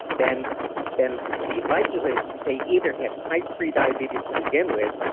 then then the the likelihood is that they either have type three diabetes to begin with,